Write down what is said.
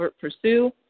pursue